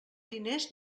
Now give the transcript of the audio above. diners